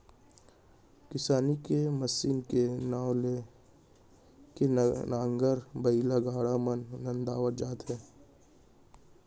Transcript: किसानी के मसीन के नांव ले के नांगर, बइला, गाड़ा मन नंदावत जात हे